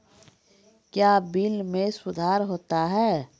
क्या बिल मे सुधार होता हैं?